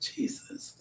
Jesus